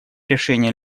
решения